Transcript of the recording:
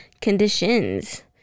conditions